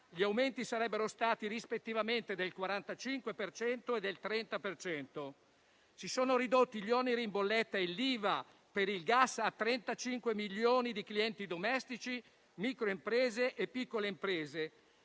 gli aumenti sarebbero stati rispettivamente del 45 per cento e del 30 per cento. Si sono ridotti gli oneri in bolletta e l'IVA per il gas a 35 milioni di clienti domestici, microimprese e piccole imprese